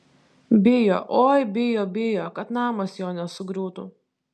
bijo oi bijo bijo kad namas jo nesugriūtų